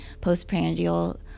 postprandial